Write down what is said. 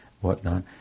whatnot